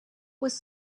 was